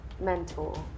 ...Mentor